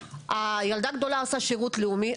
הילדה הגדולה עושה שירות לאומי,